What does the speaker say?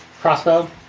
crossbow